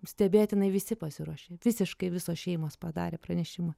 stebėtinai visi pasiruošė visiškai visos šeimos padarė pranešimą